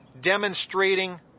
demonstrating